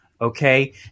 okay